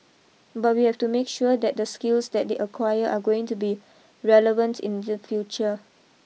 but we have to make sure that the skills that they acquire are going to be relevant in the future